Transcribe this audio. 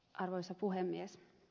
arvoisa puhemies